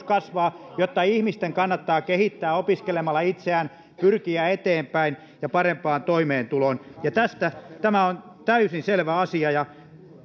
kasvaa jotta ihmisten kannattaa kehittää itseään opiskelemalla pyrkiä eteenpäin ja parempaan toimeentuloon tämä on täysin selvä asia ja